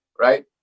right